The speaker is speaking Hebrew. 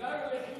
אליי או לחיליק?